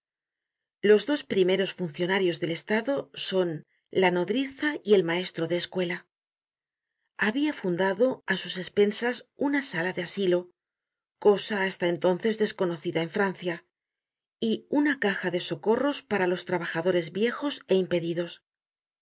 los dos primeros funcionarios del estado son la nodriza y el maestro de escuela habia fundado á sus espensas una sala de asilo cosa hasta entonces desconocida en francia y una caja de socorros para los trabajadores viejos é impedidos